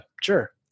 sure